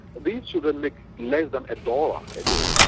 these children make less than a dollar a day,